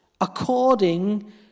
according